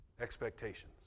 Expectations